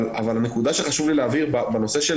אבל הנקודה שחשוב לי להבהיר בנושא של